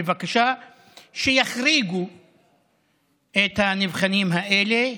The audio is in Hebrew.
בבקשה שיחריגו את הנבחנים האלו,